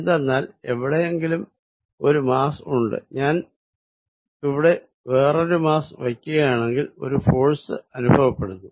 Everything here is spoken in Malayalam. എന്തെന്നാൽ എവിടെയെങ്കിലും ഒരു മാസ്സ് ഉണ്ട് ഞാൻ ഇവിടെ വേറൊരു മാസ്സ് വയ്ക്കുകയാണെങ്കിൽ ഒരു ഫോഴ്സ് അനുഭവപ്പെടുന്നു